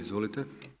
Izvolite.